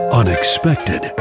unexpected